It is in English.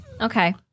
Okay